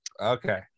okay